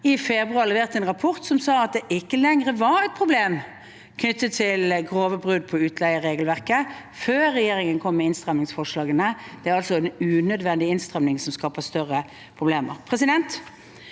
i februar leverte en rapport som sa at det ikke lenger var et problem med grove brudd på innleieregelverket. Den rapporten kom før regjeringen kom med innstrammingsforslagene sine. Det er altså en unødvendig innstramming som skaper større problemer.